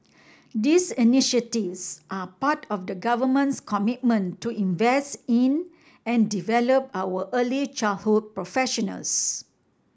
these initiatives are part of the Government's commitment to invest in and develop our early childhood professionals